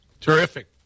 Terrific